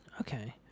Okay